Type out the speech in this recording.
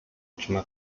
otrzyma